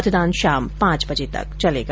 मतदान शाम पांच बजे तक चलेगा